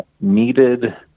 needed